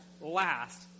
last